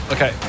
Okay